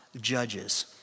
judges